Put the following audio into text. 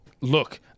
Look